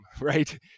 Right